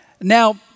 Now